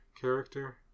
character